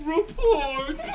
Report